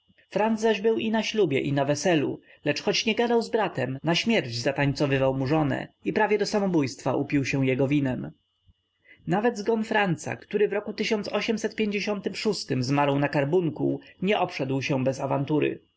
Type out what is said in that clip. zaś był i na ślubie i na weselu lecz choć nie gadał z bratem na śmierć zatańcowywał mu żonę i prawie do samobójstwa upił się jego winem nawet zgon franca który w roku zmarł na karbunkuł nie obszedł się bez awantury